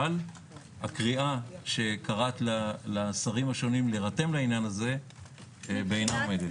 הקריאה שקראת לשרים להירתם לעניין בעינה עומדת.